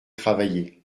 travailler